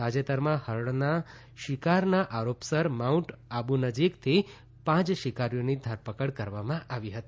તાજેતરમાં હરણના શિકારના આરોપસર માઉન્ટ આબુ નજીકથી પાંચ શિકારીઓની ધરપકડ કરવામાં આવી હતી